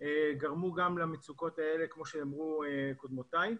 גרמו גם למצוקות האלה, כמו שאמרו קודמותיי.